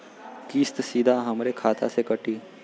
किस्त सीधा हमरे खाता से कटी?